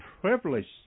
privilege